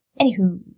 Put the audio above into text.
anywho